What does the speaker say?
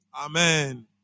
Amen